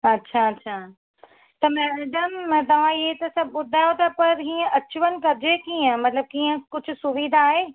अच्छा अच्छा त मैडम मां तव्हां ईअं त सभु ॿुधायो त पर हीअं अचुवञु कजे कीअं मतिलबु कीअं कुझु सुविधा आहे